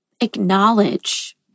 acknowledge